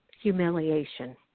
humiliation